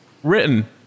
written